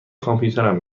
کامپیوترم